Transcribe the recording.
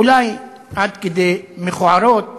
אולי עד כדי מכוערות,